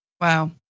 Wow